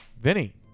Vinny